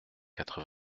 quatre